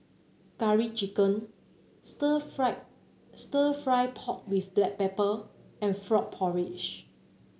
Curry Chicken stir fry stir fry pork with Black Pepper and Frog Porridge